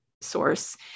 source